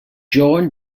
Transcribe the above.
john